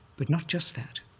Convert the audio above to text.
but not just that.